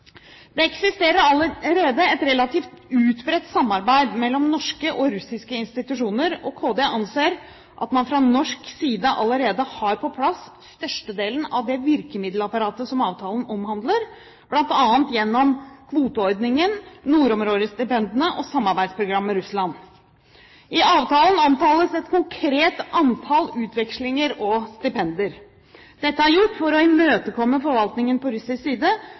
Det eksisterer allerede et relativt utbredt samarbeid mellom norske og russiske institusjoner, og Kunnskapsdepartementet anser at man fra norsk side allerede har på plass størstedelen av det virkemiddelapparatet som avtalen omhandler, bl.a. gjennom kvoteordningen, nordområdestipendene og samarbeidsprogrammet med Russland. I avtalen omtales et konkret antall utvekslinger og stipender. Dette er gjort for å imøtekomme forvaltningen på russisk side,